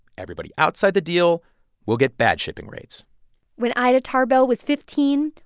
everybody outside the deal will get bad shipping rates when ida tarbell was fifteen,